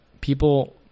people